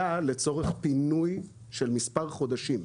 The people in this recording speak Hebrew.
אנחנו נותנים השהיה לצורך פינוי של מספר חודשים.